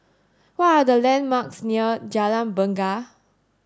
what are the landmarks near Jalan Bungar